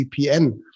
vpn